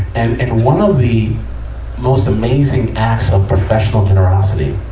and one of the most amazing acts of professional generosity.